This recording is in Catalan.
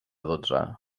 dotze